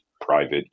private